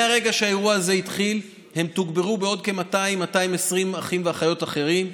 מהרגע שהאירוע הזה התחיל הם תוגברו בעוד כ-220-200 אחים ואחיות אחרים,